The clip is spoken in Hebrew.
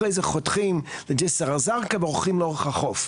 אחרי זה חותכים בג'יסר א-זרקא הולכים לאורך החוף.